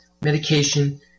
medication